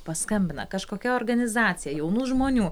paskambina kažkokia organizacija jaunų žmonių